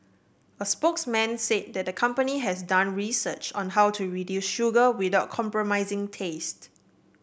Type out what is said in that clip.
a spokesman said that the company has done research on how to reduce sugar without compromising taste